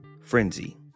frenzy